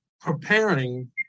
preparing